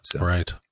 right